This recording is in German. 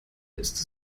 ist